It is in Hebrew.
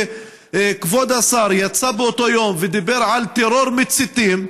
כשכבוד השר יצא באותו יום ודיבר על טרור מציתים,